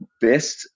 best